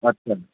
আচ্ছা